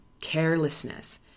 carelessness